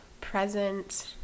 present